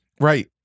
right